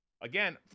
Again